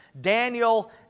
Daniel